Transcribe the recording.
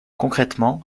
concrètement